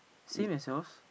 same as yours